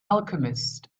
alchemist